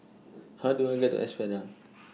How Do I get to Espada